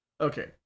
Okay